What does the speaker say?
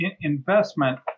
investment